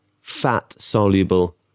fat-soluble